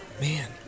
Man